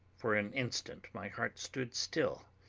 for an instant my heart stood still,